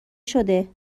شده